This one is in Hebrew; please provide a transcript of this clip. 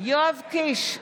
יואב קיש,